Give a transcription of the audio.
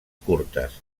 curtes